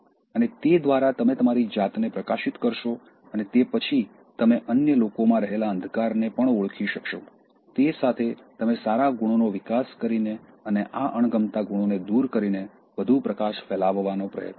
અને તે દ્વારા તમે તમારી જાતને પ્રકાશિત કરશો અને તે પછી તમે અન્ય લોકોમાં રહેલા અંધકારને પણ ઓળખી શકશો તે સાથે તમે સારા ગુણોનો વિકાસ કરીને અને આ અણગમતાં ગુણોને દૂર કરીને વધુ પ્રકાશ ફેલાવવાનો પ્રયત્ન કરશો